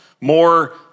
more